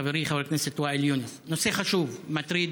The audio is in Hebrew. חברי חבר הכנסת ואאל יונס: הנושא חשוב, מטריד,